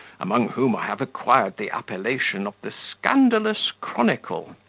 among whom i have acquired the appellation of the scandalous chronicle.